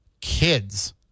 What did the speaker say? kids